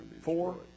four